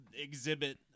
exhibit